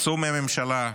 צאו מהממשלה,